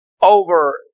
over